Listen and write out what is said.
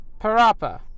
Parappa